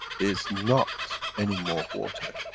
it's not any more water.